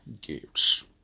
gifts